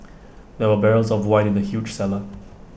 there were barrels of wine in the huge cellar